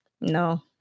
No